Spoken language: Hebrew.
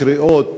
קריאות